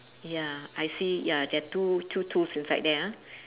ya I see ya there're two two tools inside there ah